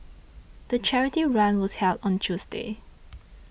the charity run was held on Tuesday